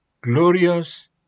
glorious